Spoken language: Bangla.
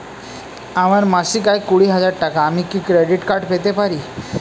আমার মাসিক আয় কুড়ি হাজার টাকা আমি কি ক্রেডিট কার্ড পেতে পারি?